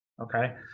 Okay